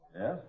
Yes